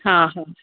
हां ह